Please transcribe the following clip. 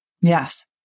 Yes